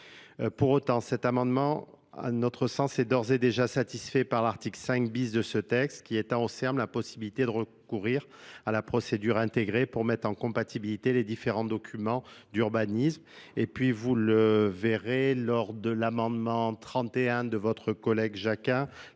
Pour autant, cett amendement à notre sens est d'ores et déjà par l'article cinq d de ce texte qui étant au serbe la possibilité de recourir à la procédure intégrée pour mettre en compatibilité les différents documents d'urbanisme et puis vous le verrez lors de l'amendement trente et un de votre collègue jacquin